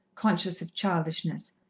conscious of childishness.